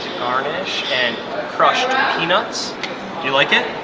garnish and crushed peanuts do you like it?